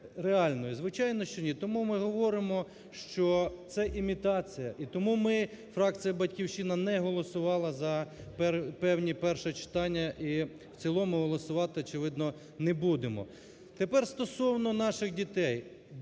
звичайно, що ні. Тому ми говоримо, що це імітація. І тому ми, фракція "Батьківщина", не голосувала за певні… перше читання, і в цілому голосувати очевидно не будемо. Тепер стосовно наших дітей.